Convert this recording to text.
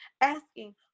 asking